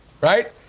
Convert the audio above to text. right